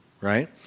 Right